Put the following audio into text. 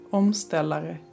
omställare